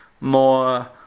more